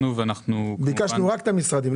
ביקשנו רק את המשרדים.